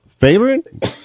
Favorite